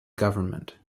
government